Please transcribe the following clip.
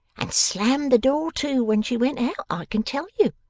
and slammed the door to, when she went out, i can tell you.